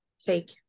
fake